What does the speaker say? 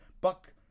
Buck